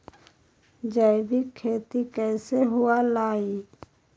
जैविक खेती कैसे हुआ लाई?